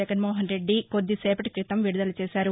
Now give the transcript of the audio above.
జగన్మోమన్రెడ్డి కొద్ది సేపటీ క్రితం విడుదల చేశారు